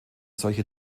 solche